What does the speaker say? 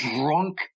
drunk